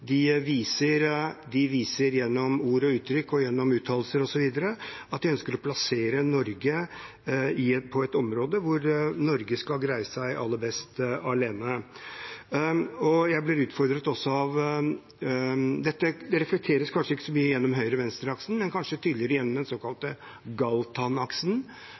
De viser gjennom ord og uttrykk og gjennom uttalelser osv. at de ønsker å plassere Norge på et område hvor Norge skal greie seg aller best alene. Det reflekteres kanskje ikke så mye gjennom høyre–venstre-aksen, men tydeligere gjennom den såkalte